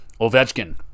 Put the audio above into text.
ovechkin